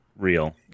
Real